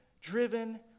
driven